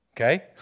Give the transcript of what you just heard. Okay